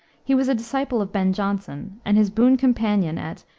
he was a disciple of ben jonson and his boon companion at.